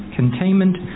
containment